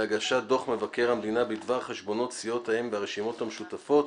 להגשת דו"ח מבקר המדינה בדבר חשבונות סיעות האם והרשימות המשותפות